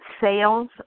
sales